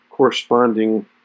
corresponding